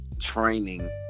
training